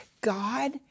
God